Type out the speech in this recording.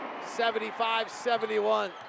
75-71